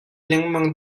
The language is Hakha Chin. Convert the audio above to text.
lengmang